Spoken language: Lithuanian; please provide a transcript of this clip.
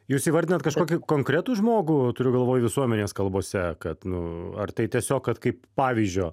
jūs įvardinot kažkokį konkretų žmogų turiu galvoj visuomenės kalbose kad nu ar tai tiesiog kad kaip pavyzdžio